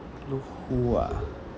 look who ah